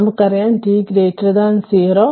നമുക്കറിയാം t 0 ആണ്